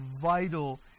vital